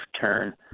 turn